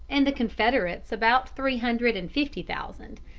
and the confederates about three hundred and fifty thousand.